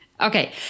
Okay